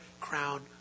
crown